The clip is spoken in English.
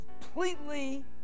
completely